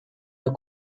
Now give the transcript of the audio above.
the